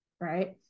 right